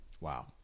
Wow